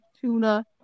tuna